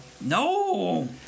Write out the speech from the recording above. No